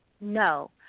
No